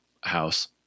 house